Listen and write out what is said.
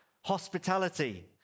hospitality